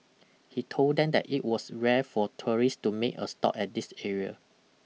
he told them that it was rare for tourist to make a stop at this area